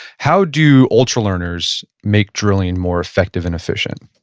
how do ultralearners make drilling more effective and efficient?